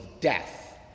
death